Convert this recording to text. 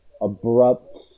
abrupt